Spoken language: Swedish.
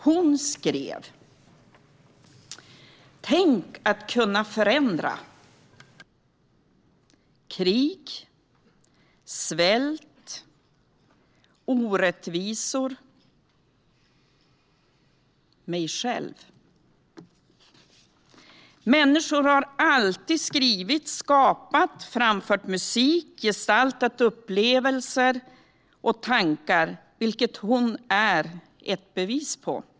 Hon skrev: Tänk att kunna förändraKrigSvältOrättvisorMig själv Människor har alltid skrivit, skapat, framfört musik och gestaltat upplevelser och tankar, vilket hon är ett bevis på.